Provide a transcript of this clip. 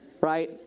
right